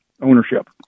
ownership